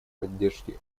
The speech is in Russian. поддержке